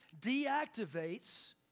deactivates